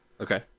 Okay